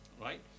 right